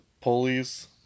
pulleys